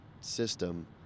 system